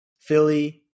Philly